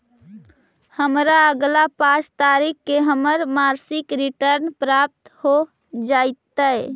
हमरा अगला पाँच तारीख के हमर मासिक रिटर्न प्राप्त हो जातइ